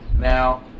Now